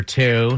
two